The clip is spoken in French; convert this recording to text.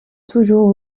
toujours